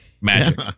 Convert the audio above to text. Magic